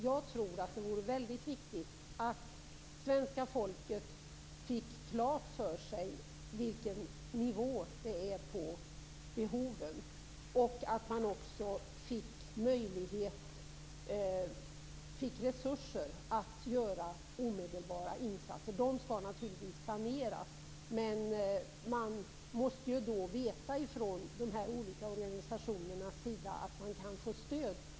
Jag tror att det vore väldigt viktigt att svenska folket fick klart för sig vilken nivå behoven ligger på och att det avsattes resurser för omedelbara insatser. Insatserna skall naturligtvis planeras, men de olika organisationerna måste då veta att de kan få stöd.